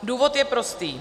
Důvod je prostý.